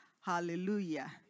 Hallelujah